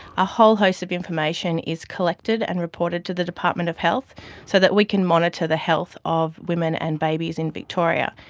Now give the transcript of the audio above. a whole host of information is collected and reported to the department of health so that we can monitor the health of women and babies in victoria.